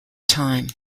time